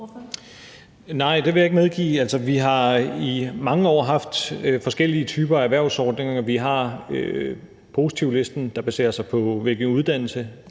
Nej, det vil jeg ikke medgive. Vi har i mange år haft forskellige typer af erhvervsordninger. Vi har positivlisten, der baserer sig på uddannelse,